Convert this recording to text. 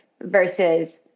versus